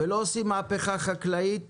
ולא עושים מהפכה חקלאית